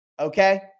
Okay